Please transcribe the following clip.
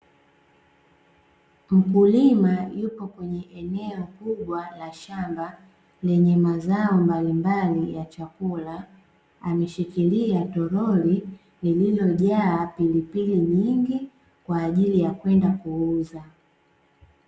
Mkulima yupo kwenye eneo kubwa la shamba lenye mazao balimbali ya chakula, ameshikilia toroli lililojaa pilipili nyingi, kwa ajili ya kwenda kuuza.